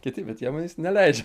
kiti bet jie manęs neleidžia